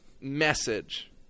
message